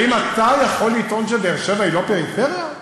האם אתה יכול לטעון שבאר-שבע היא לא פריפריה?